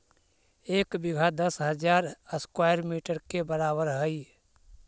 एक बीघा दस हजार स्क्वायर मीटर के बराबर हई